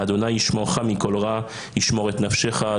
ה' ישמרך מכל-רע ישמור את-נפשך.